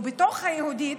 ובתוך היהודית,